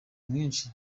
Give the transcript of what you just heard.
mwinshi